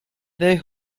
they